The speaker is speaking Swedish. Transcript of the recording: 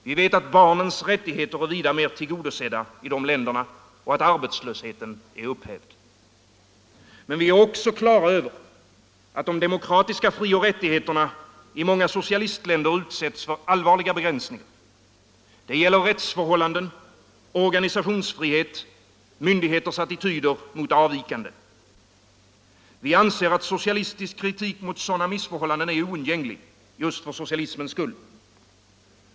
Vi vet att barnens rättigheter är vida mer tillgodosedda i de socialistiska länderna och att arbetslösheten är upphävd. Men vi är också på det klara med att de demokratiska frioch rättigheterna i många socialistländer utsätts för allvarliga begränsningar. Det gäller rättsförhållanden, organisationsfrihet och myndigheters attityder mot avvikande. Vi anser att socialistisk kritik mot sådana missförhållanden är oundgänglig — just för socialismens skull.